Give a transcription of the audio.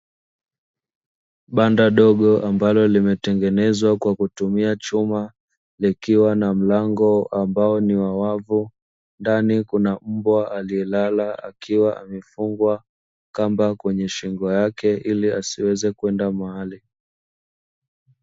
Banda dogo ambalo limetengenezwa kwa kutumia chuma, likiwa na mlango ambao ni wawavu, kuna mbwa aliye lala akiwa ame fungwa kamba kwenye shingo yake ili asiweze kwenda mahali.